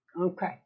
Okay